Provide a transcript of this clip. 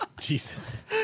Jesus